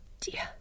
dear